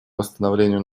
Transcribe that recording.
восстановлению